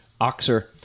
Oxer